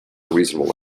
unreasonable